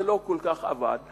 זה לא כל כך עבד.